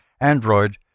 android